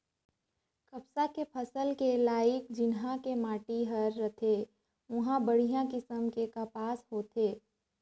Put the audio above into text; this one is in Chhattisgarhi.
कपसा के फसल के लाइक जिन्हा के माटी हर रथे उंहा बड़िहा किसम के कपसा होथे